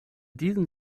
diesen